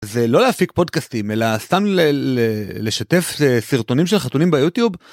זה לא להפיק פודקאסטים אלא סתם לשתף סרטונים של חתולים ביוטיוב.